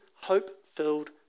hope-filled